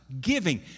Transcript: giving